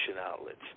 outlets